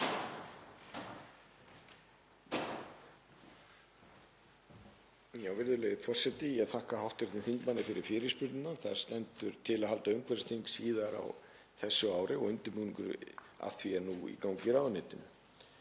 Virðulegi forseti. Ég þakka hv. þingmanni fyrir fyrirspurnina. Það stendur til að halda umhverfisþing síðar á þessu ári og undirbúningur að því er nú í gangi í ráðuneytinu.